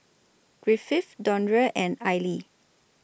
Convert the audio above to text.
Griffith Dondre and Aili